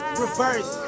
reverse